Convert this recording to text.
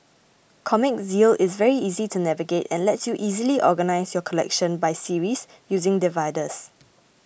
Comic Zeal is very easy to navigate and lets you easily organise your collection by series using dividers